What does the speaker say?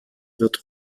wird